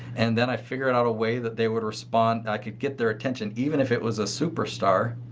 and then i figured out a way that they would respond. i could get their attention even if it was a superstar.